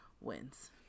wins